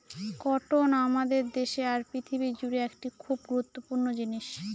cotton আমাদের দেশে আর পৃথিবী জুড়ে একটি খুব গুরুত্বপূর্ণ জিনিস